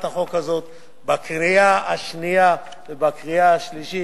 החוק הזאת בקריאה השנייה ובקריאה השלישית,